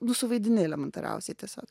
nu suvaidini elementariausiai tiesiog